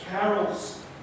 carols